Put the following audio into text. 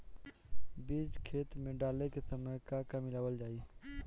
बीज खेत मे डाले के सामय का का मिलावल जाई?